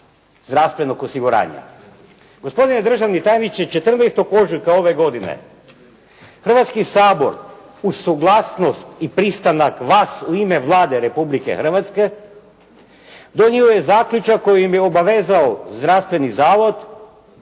zdravstvenog osiguranja? Gospodine državni tajniče 14. ožujka ove godine Hrvatski sabor uz suglasnost i pristanak vas u ime Vlade Republike Hrvatske donio je zaključak kojim je obavezao Zdravstveni zavod